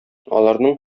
аларның